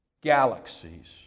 galaxies